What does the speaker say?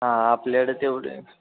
हा आपल्याकडं तेवढे आहे